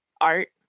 art